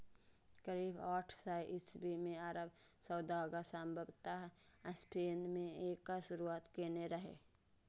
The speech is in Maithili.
करीब आठ सय ईस्वी मे अरब सौदागर संभवतः स्पेन मे एकर शुरुआत केने रहै